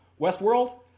Westworld